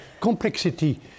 complexity